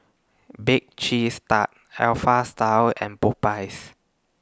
Bake Cheese Tart Alpha Style and Popeyes